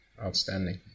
outstanding